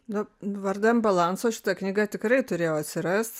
nu vardan balanso šita knyga tikrai turėjo atsirast